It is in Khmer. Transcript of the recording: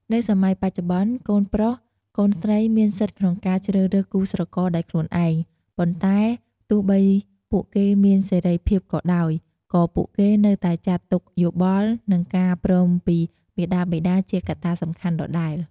នៅសម័យបច្ចុប្បន្ន កូនប្រុសកូនស្រីមានសិទ្ធិក្នុងការជ្រើសរើសគូស្រករដោយខ្លួនឯង ប៉ុន្តែទោះបីពួកគេមានសេរីភាពក៏ដោយ ក៏ពួកគេនៅតែចាត់ទុក យោបល់ និងការព្រមពីមាតាបិតាជាកត្តាសំខាន់ដដែល។